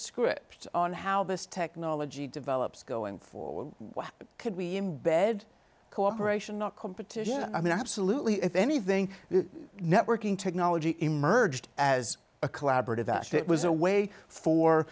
script on how this technology develops going forward what could we embed cooperation not competition i mean absolutely if anything networking technology emerged as a collaborative that it was a way for